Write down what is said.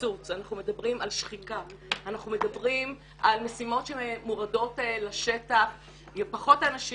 אנחנו מדברים על קיצוץ ושחיקה אנחנו מדברים על יותר משימות לפחות אנשים,